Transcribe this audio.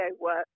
work